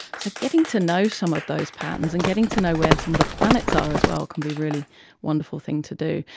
so getting to know some of those patterns and getting to know where some of the planets are as well can be a really wonderful thing to do.